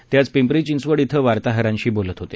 ते आज पिंपरी चिंचवड धिं वार्ताहरांशी बोलत होते